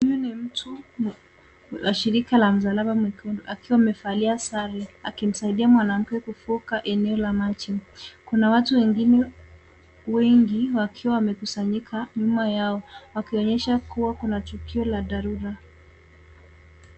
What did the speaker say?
Huyu ni mtu wa shirika la msalaba mwekundu akiwa amevalia sare akimsaidia mwanamke kuvuka eneo la maji. Kuna watu wengine wengi wakiwa wamekusanyika nyuma yao wakionyesha kuwa kuna tukio la dharura.